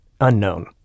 Unknown